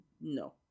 No